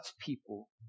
people